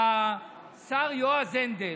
והשר יועז הנדל,